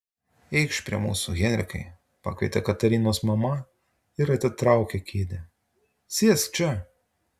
eikš prie mūsų henrikai pakvietė katarinos mama ir atitraukė kėdę sėsk čia